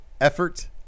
effort